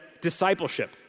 discipleship